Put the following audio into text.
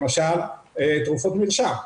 למשל תרופות מרשם,